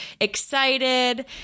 excited